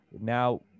now